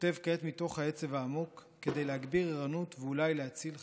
כותב כעת מתוך העצב העמוק כדי להגביר ערנות ואולי להציל חיים.